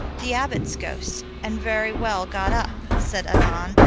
the abbot's ghost, and very well got up, said annon,